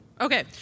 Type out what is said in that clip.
Okay